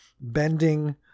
bending